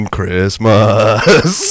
Christmas